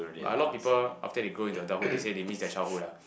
but a lot of people after they grow into adulthood they say they miss their childhood lah